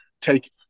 take